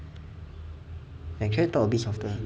like can you talk a bit softer